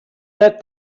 let